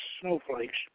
snowflakes